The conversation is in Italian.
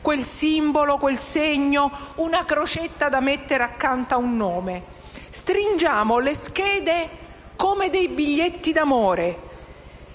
quel simbolo, quel segno, una crocetta accanto a quel nome. Stringiamo le schede come biglietti d'amore.